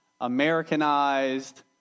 Americanized